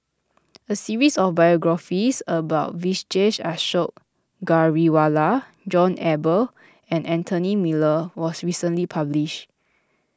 a series of biographies about Vijesh Ashok Ghariwala John Eber and Anthony Miller was recently published